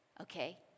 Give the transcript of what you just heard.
Okay